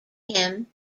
him